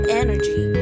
energy